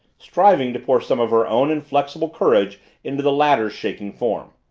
striving to pour some of her own inflexible courage into the latter's quaking form.